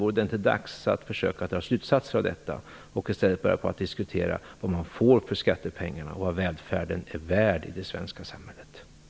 Vore det inte dags att försöka dra slutsatser av detta och i stället börja diskutera vad man får för skattepengarna och vad välfärden är värd i det svenska samhället?